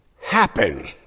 happen